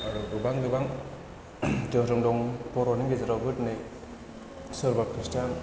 आरो गोबां गोबां धोरोम दं बर'नि गेजेरावबो दिनै सोरबा खृष्टान